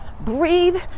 breathe